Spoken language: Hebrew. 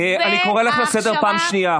אני קורא אותך לסדר פעם שנייה.